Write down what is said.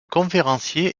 conférencier